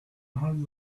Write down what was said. hunt